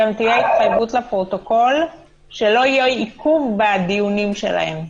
שתהיה התחייבות לפרוטוקול שלא יהיה עיכוב בדיונים שלהם.